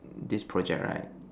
this project right